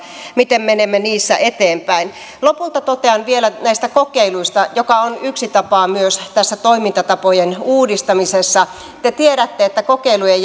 miten menemme niissä eteenpäin lopulta totean vielä näistä kokeiluista jotka ovat yksi tapa myös tässä toimintatapojen uudistamisessa te tiedätte että kokeilujen